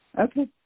Okay